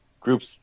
groups